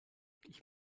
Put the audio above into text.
ich